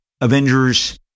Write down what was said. avengers